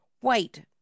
white